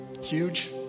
huge